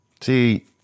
See